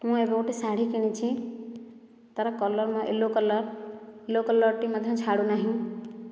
ମୁଁ ଏବେ ଗୋଟେ ଶାଢ଼ୀ କିଣିଛି ତା'ର କଲର ୟେଲୋ କଲର ୟେଲୋ କଲରଟି ମଧ୍ୟ ଛାଡ଼ୁନାହିଁ